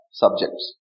subjects